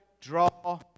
draw